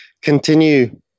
continue